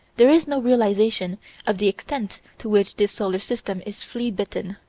there is no realization of the extent to which this solar system is flea-bitten.